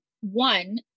One